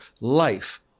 life